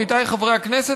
עמיתיי חברי הכנסת,